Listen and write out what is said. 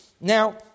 Now